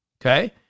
okay